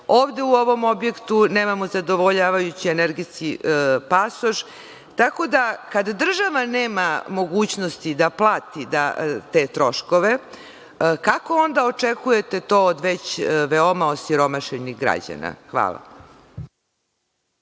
ovde u ovom objektu nemamo zadovoljavajući energetski pasoš. Kada država nema mogućnosti da plati da te troškove, kako onda očekujete to od već veoma osiromašenih građana. Hvala.